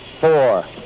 four